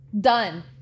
Done